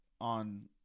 on